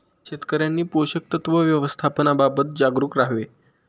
शेतकऱ्यांनी पोषक तत्व व्यवस्थापनाबाबत जागरूक राहावे